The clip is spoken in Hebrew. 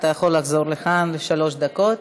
אתה יכול לחזור לכאן לשלוש דקות.